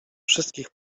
wszystkich